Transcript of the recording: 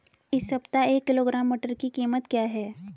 इस सप्ताह एक किलोग्राम मटर की कीमत क्या है?